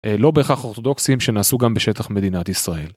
לא בהכרח אורתודוקסים שנעשו גם בשטח מדינת ישראל.